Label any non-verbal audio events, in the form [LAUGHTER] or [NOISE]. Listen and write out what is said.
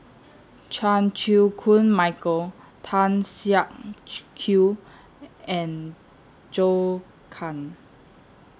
Chan Chew Koon Michael Tan Siak [NOISE] Kew and Zhou Can